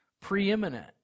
preeminent